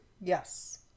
Yes